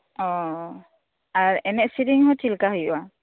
ᱚ ᱟᱨ ᱮᱱᱮᱡ ᱥᱤᱨᱤᱧ ᱦᱚᱸ ᱪᱮᱫᱞᱮᱠᱟ ᱦᱩᱭᱩᱜ ᱟ